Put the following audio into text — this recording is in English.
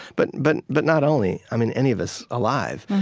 but but but not only i mean, any of us alive.